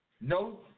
no